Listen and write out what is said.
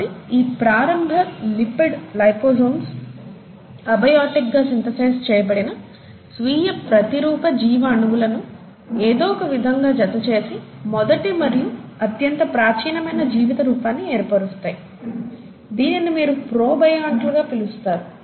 కాబట్టి ఈ ప్రారంభ లిపిడ్ లైపోజోములు అబియాటిక్గా సింథసైజ్ చేయబడిన స్వీయ ప్రతిరూప జీవ అణువులను ఏదో ఒకవిధంగా జతచేసి మొదటి మరియు అత్యంత ప్రాచీనమైన జీవిత రూపాన్ని ఏర్పరుస్తాయి దీనిని మీరు ప్రోటోబయోంట్లుగా పిలుస్తారు